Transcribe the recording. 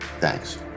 Thanks